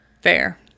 Fair